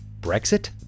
Brexit